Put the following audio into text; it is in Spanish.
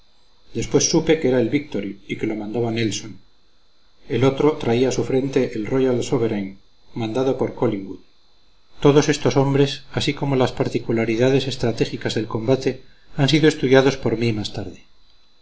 después supe que era el victory y que lo mandaba nelson el otro traía a su frente el royal sovereign mandado por collingwood todos estos hombres así como las particularidades estratégicas del combate han sido estudiados por mí más tarde